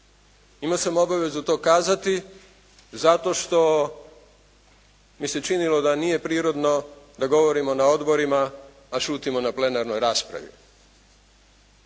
imao sam obavezu to kazati zato što mi se činilo da nije prirodno da govorimo na odborima, a šutimo na plenarnoj raspravi.